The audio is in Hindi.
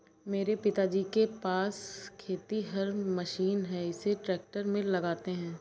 मेरे पिताजी के पास खेतिहर मशीन है इसे ट्रैक्टर में लगाते है